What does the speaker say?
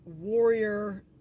warrior